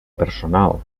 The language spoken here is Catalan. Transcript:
personal